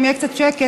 אם יהיה קצת שקט,